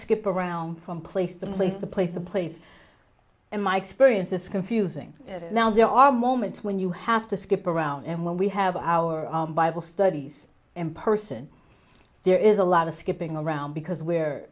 skip around from place to place the place a place in my experience is confusing now there are moments when you have to skip around and when we have our bible studies in person there is a lot of skipping around because we're